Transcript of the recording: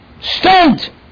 stand